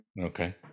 okay